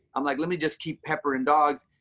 i'm like, let me just keep pepper and dogs.